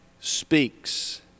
speaks